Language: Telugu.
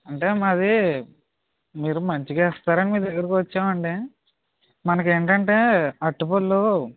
అంటే మాది మీరు మంచిగా ఇస్తారని మీ దగ్గరకు వచ్చామండి మనకు ఏంటంటే అరటి పళ్ళు